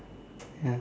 ya